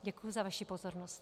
Děkuji za vaši pozornost.